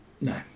No